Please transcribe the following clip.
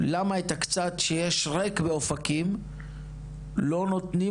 למה את הקצת שיש ריק באופקים לא נותנים